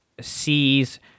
sees